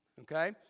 okay